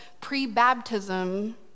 pre-baptism